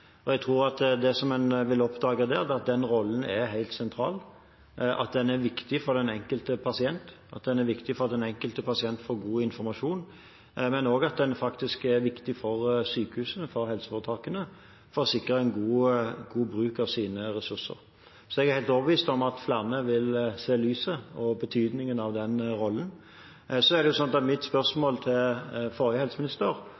framtiden. Jeg tror at det som en vil oppdage, er at den rollen er helt sentral, at den er viktig for den enkelte pasient, og at den er viktig for den enkelte pasient for å få god informasjon, men at den også faktisk er viktig for sykehusene, for helseforetakene, for å sikre en god bruk av deres ressurser. Jeg er helt overbevist om at flere vil se lyset – og betydningen av den rollen. Mitt spørsmål til forrige helseminister